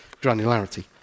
granularity